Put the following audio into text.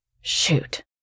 Shoot